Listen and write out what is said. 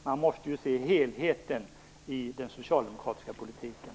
Man måste se helheten i den socialdemokratiska politiken.